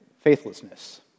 faithlessness